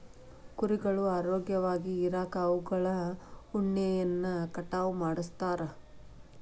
ಕುರಿಗಳು ಆರೋಗ್ಯವಾಗಿ ಇರಾಕ ಅವುಗಳ ಉಣ್ಣೆಯನ್ನ ಕಟಾವ್ ಮಾಡ್ತಿರ್ತಾರ